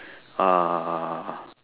ah